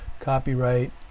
Copyright